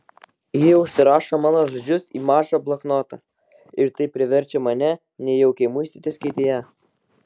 ji užsirašo mano žodžius į mažą bloknotą ir tai priverčia mane nejaukiai muistytis kėdėje